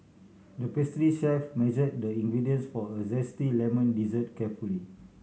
the pastry chef measured the ingredients for a zesty lemon dessert carefully